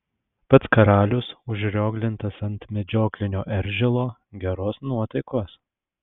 pats karalius užrioglintas ant medžioklinio eržilo geros nuotaikos